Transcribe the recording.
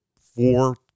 four